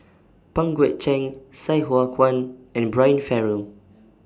Pang Guek Cheng Sai Hua Kuan and Brian Farrell